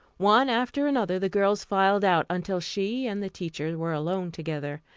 one after another the girls filed out, until she and the teacher were alone together.